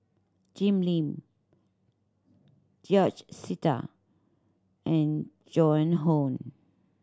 Jim Lim George Sita and Joan Hon